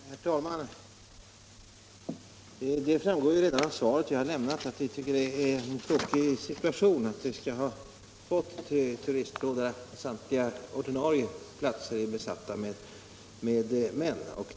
Herr talman! Det framgår redan av det svar som jag lämnat att vi tycker att det är en tråkig situation att vi har fått ett turistråd där samtliga ordinarie platser är besatta med män.